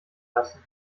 lassen